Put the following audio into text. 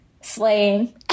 slaying